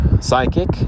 psychic